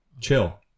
Chill